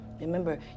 Remember